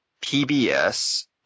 PBS